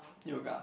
yoga